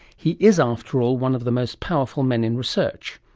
he is after all one of the most powerful men in research.